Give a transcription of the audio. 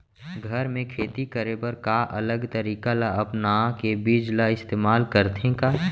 घर मे खेती करे बर का अलग तरीका ला अपना के बीज ला इस्तेमाल करथें का?